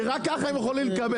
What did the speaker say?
כי רק ככה הם יכולים לקבל.